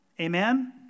Amen